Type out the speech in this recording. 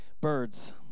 birds